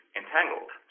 entangled